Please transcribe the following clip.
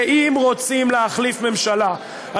ואם רוצים להחליף ממשלה,